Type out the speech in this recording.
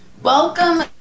Welcome